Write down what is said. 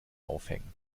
aufhängen